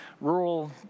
rural